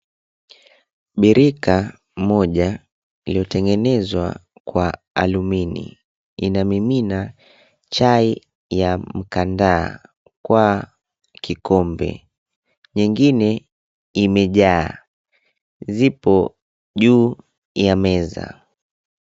Birika moja iliyotengenezwa kwa alumini inamimina chai ya mkandaa kwa kikombe. Nyingine imejaa, zipo juu ya meza.